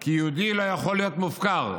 כי יהודי לא יכול להיות מופקר,